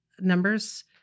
numbers